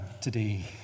today